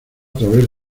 través